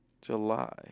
July